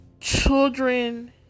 Children